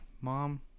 mom